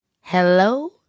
Hello